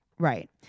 Right